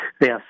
yes